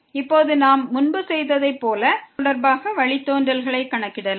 இப்போது நாம் முன்பு செய்ததைப் போல y தொடர்பாக வழித்தோன்றல்களை கணக்கிடலாம்